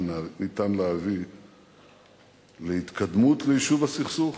ניתן להביא להתקדמות ביישוב הסכסוך